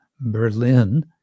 Berlin